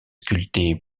sculptées